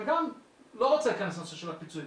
אני לא רוצה להיכנס לנושא של הפיצויים.